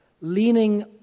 leaning